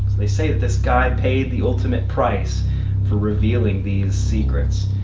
they say that this guy paid the ultimate price for revealing these secrets.